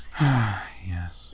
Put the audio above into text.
Yes